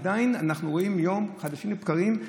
עדיין אנחנו רואים חדשים לבקרים,